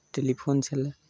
telephone छलय